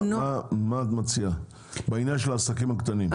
מה את מציעה בעניין העסקים הקטנים?